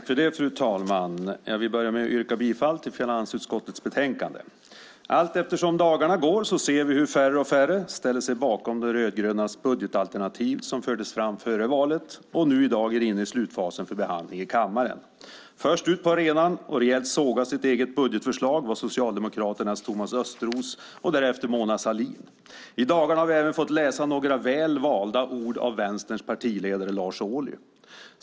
Fru talman! Jag börjar med att yrka bifall till förslaget i finansutskottets betänkande. Allteftersom dagarna går ser vi hur färre och färre ställer sig bakom De rödgrönas budgetalternativ som fördes fram före valet och nu i dag är inne i slutfasen för behandling i kammaren. Först ut på arenan att rejält såga sitt eget budgetförslag var Socialdemokraternas Thomas Östros och därefter Mona Sahlin. I dagarna har vi även fått läsa några väl valda ord av Vänsterns partiledare Lars Ohly.